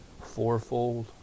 fourfold